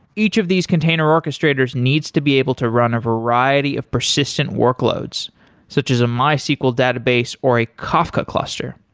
each of these container orchestrator needs to be able to run a variety of persistent workloads such as a mysql database or a kafka cluster.